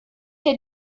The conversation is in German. der